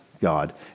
God